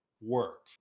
work